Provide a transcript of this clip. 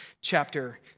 chapter